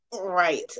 Right